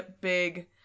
big